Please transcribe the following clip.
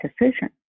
decision